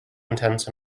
intents